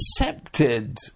accepted